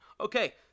Okay